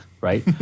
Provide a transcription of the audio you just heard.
right